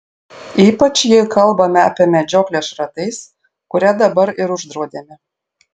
ypač jei kalbame apie medžioklę šratais kurią dabar ir uždraudėme